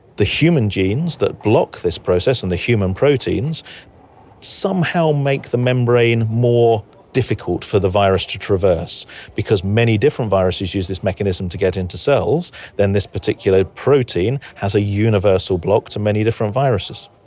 the human genes that block this process and the human proteins somehow make the membrane more difficult for the virus to traverse because many different viruses use this mechanism to get into cells then this particular protein has a universal block to many different viruses.